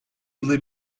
yılda